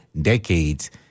decades